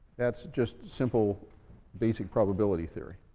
that's just simple basic probability theory.